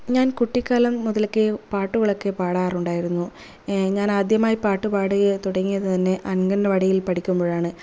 ഞാൻ കുട്ടിക്കാലം മുതൽക്കേ പാട്ടുകളൊക്കെ പാടാറുണ്ടായിരുന്നു ഞാനാദ്യമായി പാട്ടുപാടി തുടങ്ങിയതു തന്നെ അംഗൻവാടിയിൽ പഠിക്കുമ്പോഴാണ്